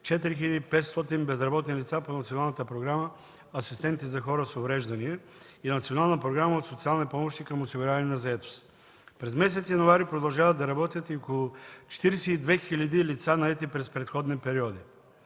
4500 безработни лица по националните програми „Асистенти за хора с увреждания” и „От социални помощи към осигуряване на заетост”. През месец януари продължават да работят и около 42 000 лица, наети през предходни периоди.